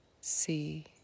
see